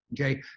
Okay